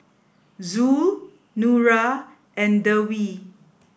Zul Nura and Dewi